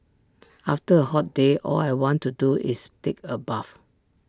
after A hot day all I want to do is take A bath